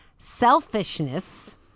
selfishness